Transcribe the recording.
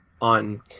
on